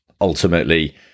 ultimately